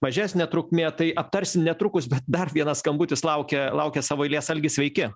mažesnė trukmė tai aptarsim netrukus bet dar vienas skambutis laukia laukia savo eilės algi sveiki